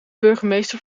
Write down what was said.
burgemeester